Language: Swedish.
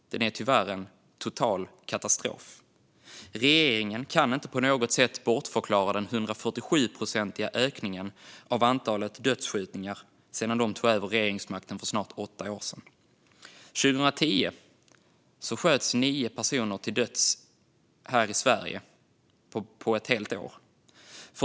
Den är tyvärr en total katastrof. Socialdemokraterna kan inte på något sätt bortförklara den 147-procentiga ökningen av antalet dödsskjutningar sedan de tog över regeringsmakten för snart åtta år sedan. 2010 sköts 9 personer till döds här i Sverige på ett helt år.